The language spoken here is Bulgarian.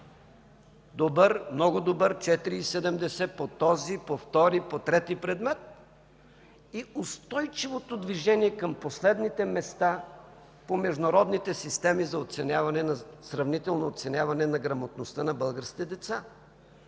добър, много добър, 4,70, по този, по втори, по трети предмет, и устойчивото движение към последните места по международните системи за сравнително оценяване на грамотността на българските деца,